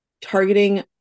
targeting